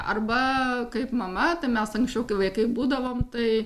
arba kaip mama tai mes anksčiau kai vaikai būdavom tai